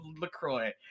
LaCroix